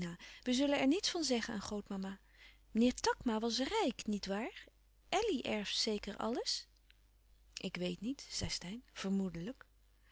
we zullen er niets van zeggen aan grootmama meneer takma was rijk niet waar elly erft zeker alles ik weet niet zei steyn vermoedelijk